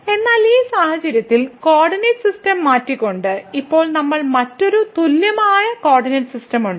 എന്നാൽ ഈ സാഹചര്യത്തിൽ കോർഡിനേറ്റ് സിസ്റ്റം മാറ്റിക്കൊണ്ട് ഇപ്പോൾ നമ്മൾക്ക് മറ്റൊരു തുല്യമായ കോർഡിനേറ്റ് സിസ്റ്റം ഉണ്ട്